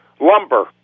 lumber